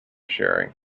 sharing